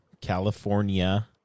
California